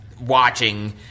watching